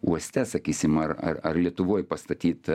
uoste sakysim ar ar ar lietuvoj pastatyt